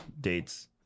dates